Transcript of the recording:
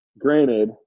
Granted